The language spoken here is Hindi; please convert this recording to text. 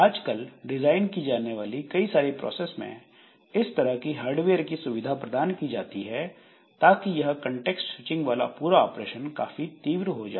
आजकल डिजाइन की जाने वाली कई सारी प्रोसेस में इस तरह की हार्डवेयर की सुविधा प्रदान की जाती है ताकि यह कंटेक्स्ट स्विचिंग वाला पूरा ऑपरेशन काफी तीव्र हो जाए